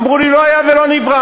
ואמרו לי: לא היה ולא נברא.